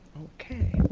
okay.